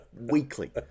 weekly